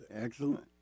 Excellent